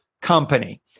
company